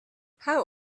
how